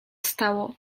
stało